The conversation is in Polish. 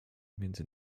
między